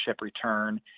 return